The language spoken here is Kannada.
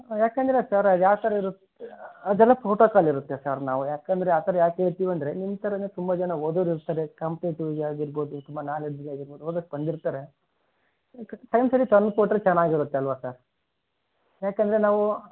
ಯಾಕೆಂದ್ರೆ ಸರ್ ಯಾವ ಥರ ಇರುತ್ತೆ ಅದೆಲ್ಲ ಪ್ರೋಟೋಕಾಲ್ ಇರುತ್ತೆ ಸರ್ ನಾವು ಯಾಕೆಂದ್ರೆ ಆ ಥರ ಯಾಕೆ ಹೇಳ್ತೀವಿ ಅಂದರೆ ನಿಮ್ಮ ಥರನೇ ತುಂಬ ಜನ ಓದೋರು ಇರ್ತಾರೆ ಕಾಂಪ್ಟೇಟಿವ್ಗೆ ಆಗಿರ್ಬೋದು ತುಂಬ ನಾಲೆಜ್ಗೆ ಆಗಿರ್ಬೋದು ಓದೋಕೆ ಬಂದಿರ್ತಾರೆ ಟೈಮ್ ಸರಿಗೆ ತಂದು ಕೊಟ್ಟರೆ ಚೆನ್ನಾಗಿರುತ್ತಲ್ಲಾ ಸರ್ ಯಾಕೆಂದ್ರೆ ನಾವು